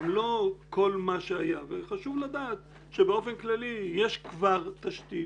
הן לא כל מה שהיה וחשוב לדעת שבאופן כללי יש כבר תשתית,